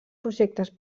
projectes